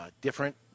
different